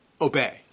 obey